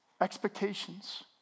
Expectations